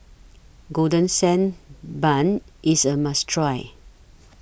Golden Sand Bun IS A must Try